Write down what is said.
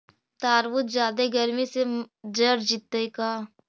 तारबुज जादे गर्मी से जर जितै का?